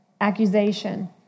accusation